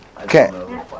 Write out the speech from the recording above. Okay